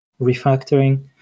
refactoring